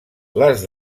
les